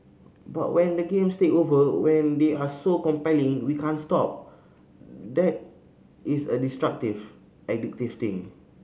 but when the games take over when they are so compelling we can't stop that is a destructive addictive thing